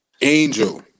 Angel